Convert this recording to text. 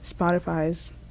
Spotify's